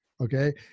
Okay